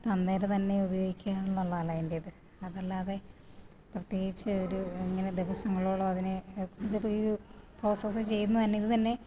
അത് അന്നേരം തന്നെ തന്നെ ഉപയോഗിക്കാൻ ഉള്ളതല്ല അതിൻ്റെ ഇത് അത് അല്ലാതെ പ്രതേകിച്ചു ഒരു ഇങ്ങനെ ദിവസങ്ങളോളം അതിനെ ഇതിപ്പം ഈ പ്രോസസ്സ് ചെയ്യുന്നത് തന്നെ ഇത് തന്നെ